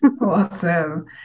Awesome